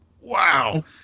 Wow